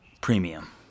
premium